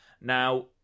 Now